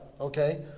Okay